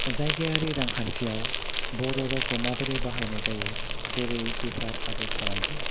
जायगायारि रांखान्थियाव बर' रावखौ माबोरै बाहायनाय जायो जेरै बेफार आरो फालांगियाव